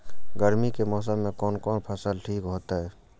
गर्मी के मौसम में कोन कोन फसल ठीक होते?